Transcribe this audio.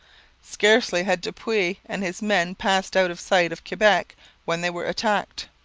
scarcely had du puys and his men passed out of sight of quebec when they were attacked.